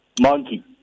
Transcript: Monkey